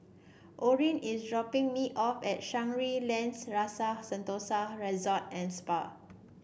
Orin is dropping me off at Shangri La's Rasa Sentosa Resort and Spa